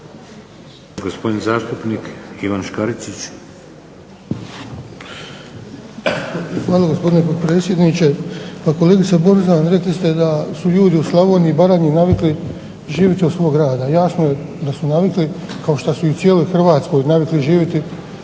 Hvala gospodine potpredsjedniče. Pa kolegice Borzan rekli ste da su ljudi u Slavoniji i Baranji navikli živjeti od svog rada. Jasno je da su navikli kao što su i u cijeloj Hrvatskoj navikli živjeti